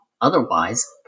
Otherwise